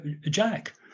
Jack